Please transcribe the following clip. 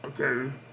okay